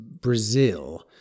Brazil